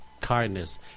kindness